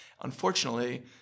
Unfortunately